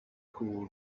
cool